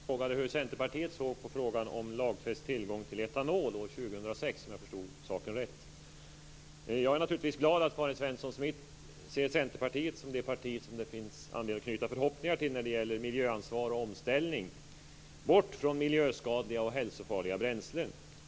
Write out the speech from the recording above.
Herr talman! Karin Svensson Smith frågade hur Centerpartiet ser på frågan om lagfäst tillgång till etanol år 2006. Jag är naturligtvis glad över att Karin Svensson Smith ser Centerpartiet som det parti som det finns anledning att knyta förhoppningar till när det gäller miljöansvar och omställning, bort från miljöskadliga och hälsofarliga bränslen.